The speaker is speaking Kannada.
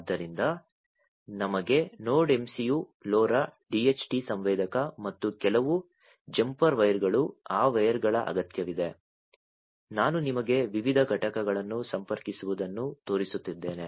ಆದ್ದರಿಂದ ನಮಗೆ ನೋಡ್ MCU LoRa DHT ಸಂವೇದಕ ಮತ್ತು ಕೆಲವು ಜಂಪರ್ ವೈರ್ಗಳು ಆ ವೈರ್ಗಳ ಅಗತ್ಯವಿದೆ ನಾನು ನಿಮಗೆ ವಿವಿಧ ಘಟಕಗಳನ್ನು ಸಂಪರ್ಕಿಸುವುದನ್ನು ತೋರಿಸುತ್ತಿದ್ದೇನೆ